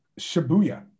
Shibuya